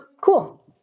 cool